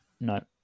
No